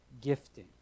gifting